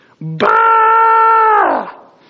Bah